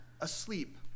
asleep